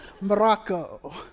Morocco